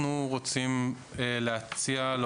עכשיו אנחנו נתקן את זה